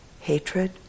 hatred